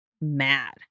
mad